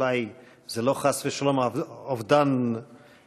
אולי זה לא חס ושלום אובדן נפשות,